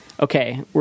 Okay